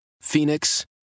Phoenix